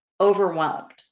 overwhelmed